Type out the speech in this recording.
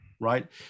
Right